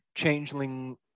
changeling